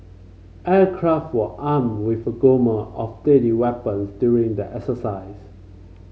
aircraft were armed with a gamut of deadly weapons during the exercise